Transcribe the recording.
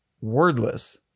wordless